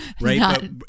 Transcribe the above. right